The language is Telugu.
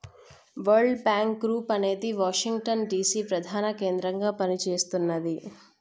వరల్డ్ బ్యాంక్ గ్రూప్ అనేది వాషింగ్టన్ డిసి ప్రధాన కేంద్రంగా పనిచేస్తున్నది